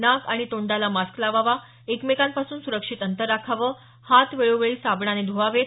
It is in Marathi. नाक आणि तोंडाला मास्क लावावा एकमेकांपासून सुरक्षित अंतर राखावं हात वेळोवेळी साबणाने ध्वावेत